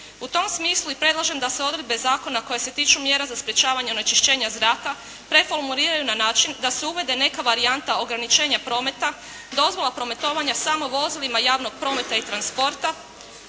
U tom smislu i predlažem da se odredbe zakona koje se tiču mjera za sprječavanje onečišćenja zraka preformuliraju na način da se uvede neka varijanta ograničenja prometa, dozvola prometovanja samo vozilima javnog prometa i transporta